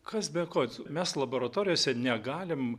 kas be ko mes laboratorijose negalim